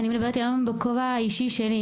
אני מדברת היום בכובע האישי שלי,